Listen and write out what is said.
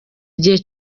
igihe